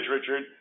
Richard